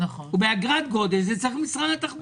ואת זה צריך להכפיף למשרד התחבורה.